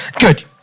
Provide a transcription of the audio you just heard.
Good